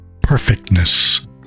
perfectness